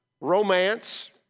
romance